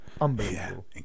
unbelievable